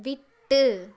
விட்டு